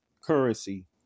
currency